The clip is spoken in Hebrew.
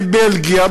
בבלגיה,